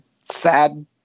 sad